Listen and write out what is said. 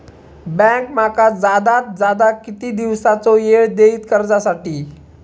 Bank माका जादात जादा किती दिवसाचो येळ देयीत कर्जासाठी?